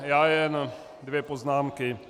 Já jen dvě poznámky.